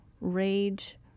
rage